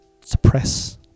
suppress